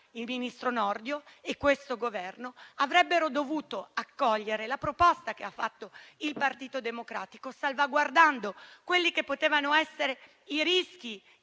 il ministro Nordio e questo Governo avrebbero dovuto accogliere la proposta che ha fatto il Partito Democratico, salvaguardando i sindaci e i nostri